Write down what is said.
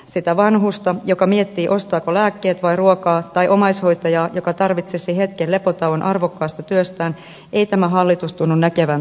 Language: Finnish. sitä vanhusta joka miettii ostaako lääkkeet vai ruokaa tai omaishoitajaa joka tarvitsisi hetken lepotauon arvokkaasta työstään ei tämä hallitus tunnu näkevän tai kuulevan